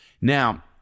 Now